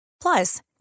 Plus